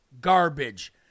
garbage